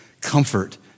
comfort